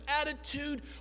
attitude